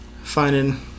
finding